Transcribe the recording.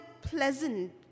pleasant